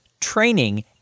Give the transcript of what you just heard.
training